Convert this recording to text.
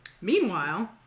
Meanwhile